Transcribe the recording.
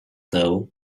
though